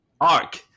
arc